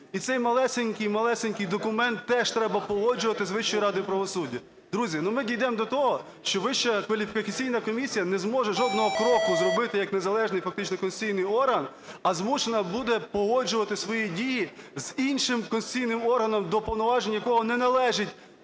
малесенький-малесенький документ теж треба погоджувати з Вищою радою правосуддя. Друзі, ну, ми дійдемо до того, що Вища кваліфікаційна комісія не зможе жодного кроку зробити як незалежний, фактично, конституційний орган, а змушена буде погоджувати свої дії з іншим конституційним органом, до повноважень якого не належить